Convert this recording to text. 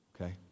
Okay